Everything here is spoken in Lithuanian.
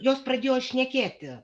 jos pradėjo šnekėti